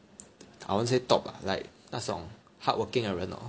I won't say top lah like 那种 hardworking 的人 hor